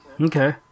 Okay